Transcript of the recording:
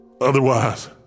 Otherwise